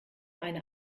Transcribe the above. eine